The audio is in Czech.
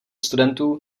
studentů